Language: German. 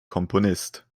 komponist